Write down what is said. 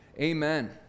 Amen